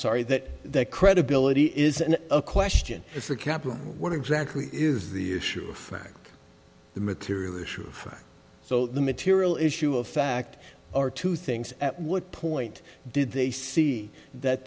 sorry that that credibility isn't a question it's a capital what exactly is the issue for the material issue so the material issue of fact are two things at what point did they see that